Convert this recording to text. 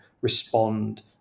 respond